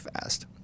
fast